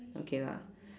okay lah